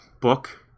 book